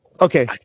Okay